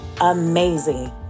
amazing